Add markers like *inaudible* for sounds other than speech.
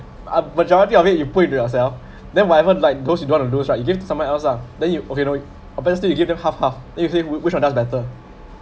ugh majority of it you put it yourself *breath* then whatever like those you don't want to lose right you give to someone else ah then you okay ignore it a best way you give them half half then you see which which shall does better